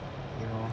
you know